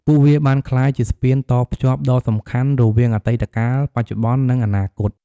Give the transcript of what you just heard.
ពួកវាបានក្លាយជាស្ពានតភ្ជាប់ដ៏សំខាន់រវាងអតីតកាល បច្ចុប្បន្ន និងអនាគត។